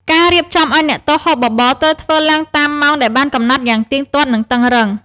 ការរៀបចំឱ្យអ្នកទោសហូបបបរ ត្រូវធ្វើឡើងតាមម៉ោងដែលបានកំណត់យ៉ាងទៀងទាត់ និងតឹងរ៉ឹង។